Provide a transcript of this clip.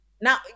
Now